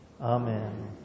amen